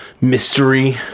mystery